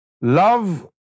Love